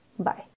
Bye